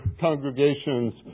congregations